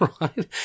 right